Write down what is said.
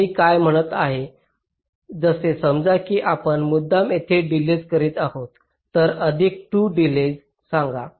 मी काय म्हणत आहे असे समजा की आपण मुद्दाम येथे डिलेज करीत आहोत तर अधिक 2 डिलेज सांगा